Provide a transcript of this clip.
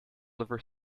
liver